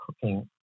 cooking